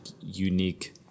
unique